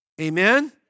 Amen